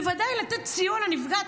בוודאי לתת סיוע לנפגעת,